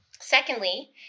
Secondly